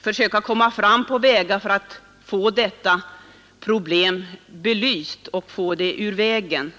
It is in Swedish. försöka finna vägar för att f få det ur världen.